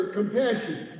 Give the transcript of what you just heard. compassion